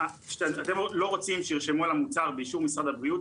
אתם לא רוצים שירשמו על המוצר 'באישור משרד הבריאות',